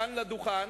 כאן לדוכן,